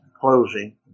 closing